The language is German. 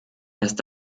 erst